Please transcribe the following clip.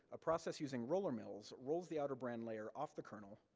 a process using roller mills, rolls the outer bran layer off the kernel,